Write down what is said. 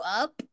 up